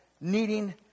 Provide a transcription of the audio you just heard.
needing